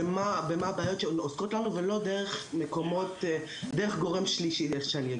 מה הבעיות שמציקות לנו ולא דרך גורם שלישי.